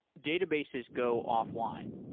databases go offline.